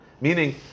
Meaning